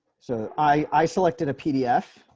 so i selected a pdf